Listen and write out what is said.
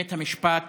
בית המשפט